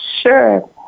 Sure